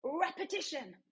repetition